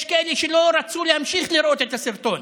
יש כאלה שלא רצו להמשיך לראות את הסרטון.